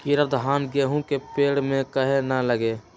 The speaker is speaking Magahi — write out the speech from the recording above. कीरा धान, गेहूं के पेड़ में काहे न लगे?